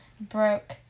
broke